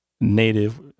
Native